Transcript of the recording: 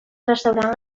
restaurant